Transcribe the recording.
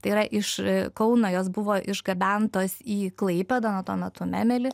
tai yra iš kauno jos buvo išgabentos į klaipėdą na tuo metu memelį